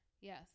yes